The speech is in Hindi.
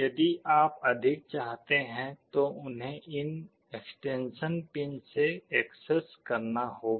यदि आप अधिक चाहते हैं तो उन्हें इन एक्सटेंशन पिन से एक्सेस करना होगा